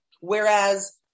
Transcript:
Whereas